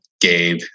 Gabe